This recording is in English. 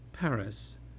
Paris